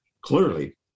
clearly